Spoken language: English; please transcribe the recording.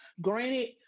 granted